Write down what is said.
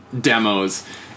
demos